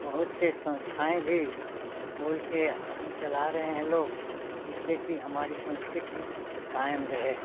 बहुत से संस्थाएँ भी खोल कर चला रहे हैं लोग जिससे कि हमारी संस्कृति कायम रहे